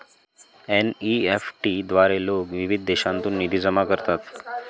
NEFT द्वारे लोक विविध देशांतून निधी जमा करतात